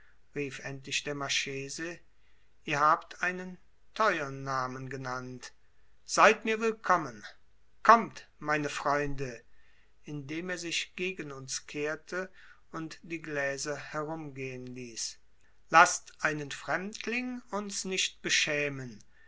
rief endlich der marchese ihr habt einen teuern namen genannt seid mir willkommen kommt meine freunde indem er sich gegen uns kehrte und die gläser herumgehen ließ laßt einen fremdling uns nicht beschämen